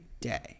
day